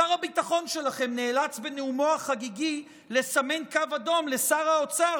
שר הביטחון שלכם נאלץ בנאומו החגיגי לסמן קו אדום לשר האוצר,